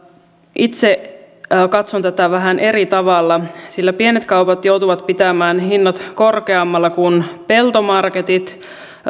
itse katson tätä vähän eri tavalla sillä pienet kaupat joutuvat pitämään hinnat korkeammalla kuin peltomarketit